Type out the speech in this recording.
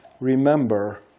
remember